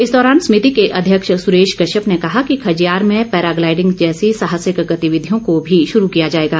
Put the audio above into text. इस दौरान समिति के अध्यक्ष सुरेश कश्यप ने कहा कि खजियार में पैराग्लाइडिंग जैसी साहसिक गतिविधियों को भी शुरू किया जाएगा